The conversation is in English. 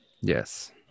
Yes